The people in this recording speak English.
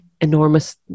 enormous